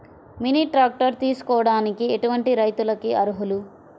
Mini tractor తీసుకోవడానికి ఎటువంటి రైతులకి అర్హులు?